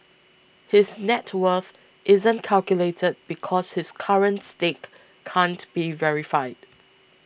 his net worth isn't calculated because his current stake can't be verified